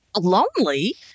Lonely